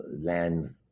land